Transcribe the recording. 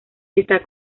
está